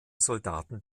soldaten